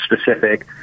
specific